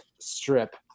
strip